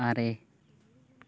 ᱟᱨᱮ